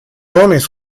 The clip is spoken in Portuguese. homens